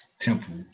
temple